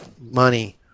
money